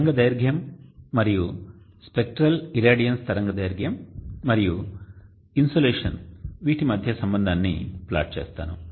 తరంగదైర్ఘ్యం మరియు spectral irradiance తరంగదైర్ఘ్యం మరియు ఇన్సోలేషన్ వీటి మధ్య సంబంధాన్ని ఫ్లాట్ చేస్తాను